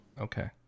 Okay